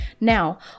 Now